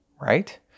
right